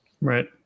right